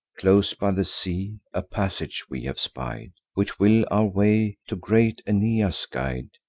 close by the sea, a passage we have spied, which will our way to great aeneas guide.